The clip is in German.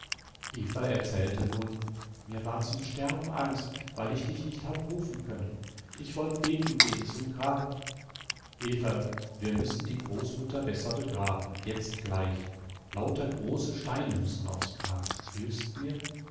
eva erzählte nun mir war zum sterben angst weil ich dich nicht hab rufen können ich wollt beten gehen zum grab everl wir müssen die großmutter besser begraben jetzt gleich lauter große steine müssen aufs grab hilfst mir